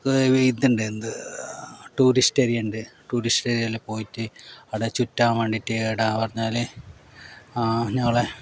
ഇതുണ്ട് എന്ത് tourist area ഉണ്ട് ടൂറിസ്റ്റ് ഏരിയയിൽ പോയിട്ട് ആടെ ചുറ്റാൻ വേണ്ടിയിട്ട് ഡാം എന്നു പറഞ്ഞാൽ ഞങ്ങളുടെ